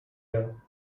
you